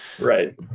right